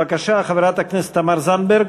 בבקשה, חברת הכנסת תמר זנדברג,